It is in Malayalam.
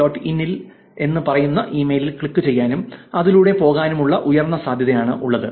ഐഎൻ എന്ന് പറയുന്ന ഒരു ഇമെയിൽ ക്ലിക്കുചെയ്യാനും അതിലൂടെ പോകാനുമുള്ള ഉയർന്ന സാധ്യത ആണ് ഉള്ളത്